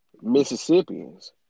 Mississippians